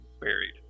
buried